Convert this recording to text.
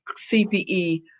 CPE